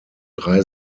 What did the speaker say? drei